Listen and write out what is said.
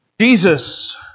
Jesus